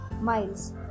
miles